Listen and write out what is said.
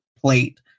plate